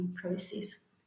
process